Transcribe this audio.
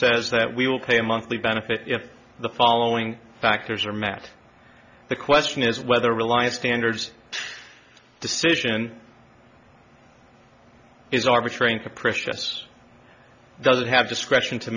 says that we will pay a monthly benefit if the following factors are met the question is whether reliance standards decision is arbitrary and capricious does it have discretion to